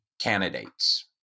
candidates